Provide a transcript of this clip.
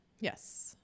yes